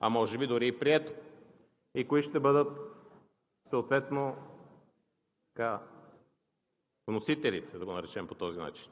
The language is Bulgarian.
а може би дори и прието, и кои ще бъдат съответно вносителите, да го наречем по този начин.